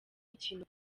ikintu